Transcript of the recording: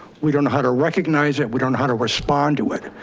we don't know how to recognize it, we don't know how to respond to it.